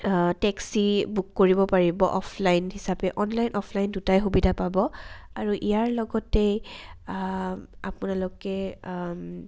taxi book কৰিব পাৰিব offline হিচাপে অনলাইন অফলাইন দুটাই সুবিধা পাব আৰু ইয়াৰ লগতেই আপোনালোকে